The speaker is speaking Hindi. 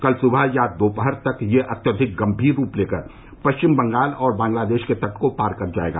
कल सुबह या दोपहर तक यह अत्यधिक गंभीर रूप लेकर पश्चिम बंगाल और बांग्लादेश के तट को पार कर जाएगा